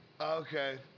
Okay